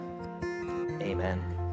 Amen